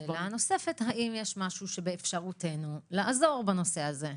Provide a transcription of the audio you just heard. האם יש משהו שבאפשרותנו לעזור בנושא הזה?